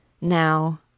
Now